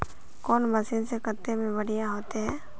कौन मशीन से कते में बढ़िया होते है?